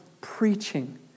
preaching